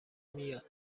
میاد